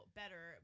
better